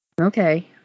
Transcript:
Okay